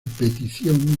petición